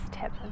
tip